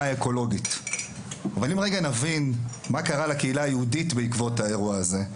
האקולוגית ואם רגע נבין מה קרה לקהילה היהודית בעקבות האירוע הזה,